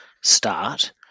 start